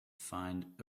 find